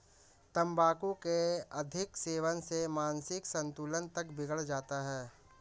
तंबाकू के अधिक सेवन से मानसिक संतुलन तक बिगड़ जाता है